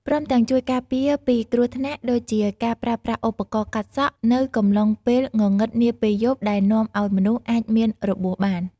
ព្រមទាំងជួយការពារពីគ្រោះថ្នាក់ ដូចជាការប្រើប្រាស់ឧបករណ៍កាត់សក់ នៅកំឡុងពេលងងឹតនាពេលយប់ដែលនាំឲ្យមនុស្សអាចមានរបួសបាន។